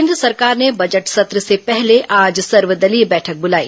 केन्द्र सरकार ने बजट सत्र से पहले आज सर्वदलीय बैठक बुलाई